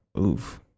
Oof